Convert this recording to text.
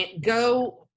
Go